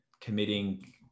committing